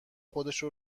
خودشو